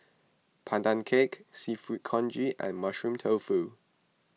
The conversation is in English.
Pandan Cake Seafood Congee and Mushroom Tofu